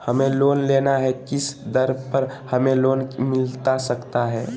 हमें लोन लेना है किस दर पर हमें लोन मिलता सकता है?